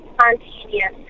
spontaneous